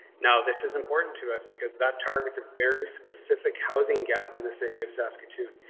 now this is important to us because that targets are very specific. housing gap in the city of saskatoon.